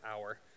hour